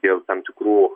dėl tam tikrų